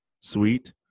sweet